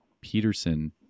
Peterson